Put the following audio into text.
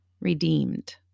redeemed—